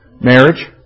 Marriage